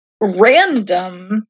random